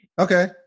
Okay